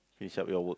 finish up your work